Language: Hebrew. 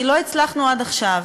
כי לא הצלחנו עד עכשיו.